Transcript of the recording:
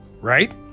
right